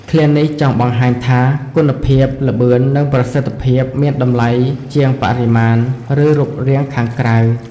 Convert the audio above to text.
ឃ្លានេះចង់បង្ហាញថា គុណភាព ល្បឿន និងប្រសិទ្ធភាពមានតម្លៃជាងបរិមាណ ឬរូបរាងខាងក្រៅ។